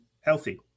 healthy